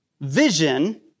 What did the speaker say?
vision